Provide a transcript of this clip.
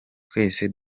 twese